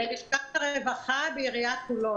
ללשכת הרווחה בעיריית חולון.